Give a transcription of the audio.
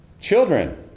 Children